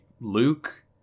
Luke